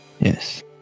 Yes